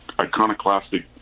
iconoclastic